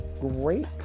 great